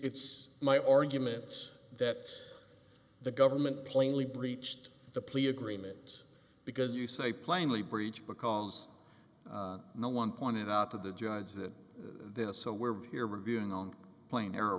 it's my arguments that the government plainly breached the plea agreements because you say plainly breach because no one pointed out to the judge that this so we're here reviewing on plane